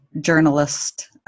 journalist